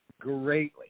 Greatly